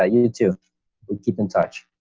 ah you to keep in touch.